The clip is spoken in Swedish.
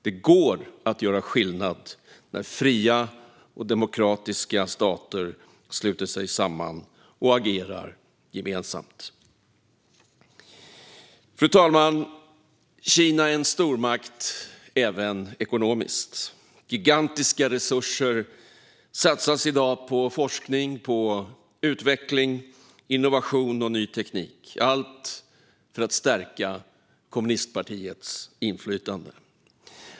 Det går att göra skillnad när fria och demokratiska stater sluter sig samman och agerar gemensamt. Fru talman! Kina är en stormakt även ekonomiskt. Gigantiska resurser satsas i dag på forskning och utveckling, innovation och ny teknik - allt för att stärka kommunistpartiets inflytande.